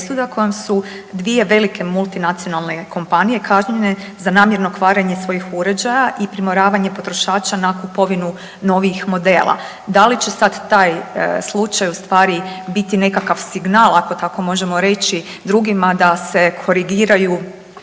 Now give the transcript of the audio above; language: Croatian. kojom su dvije velike multinacionalne kompanije kažnjene za namjerno kvarenje svojih uređaja i primoravanje potrošača na kupovinu novijih modela. Da li će sada taj slučaj ustvari biti nekakav signal ako tako možemo reći drugima da se korigiraju